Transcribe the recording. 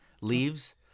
leaves